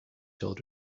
told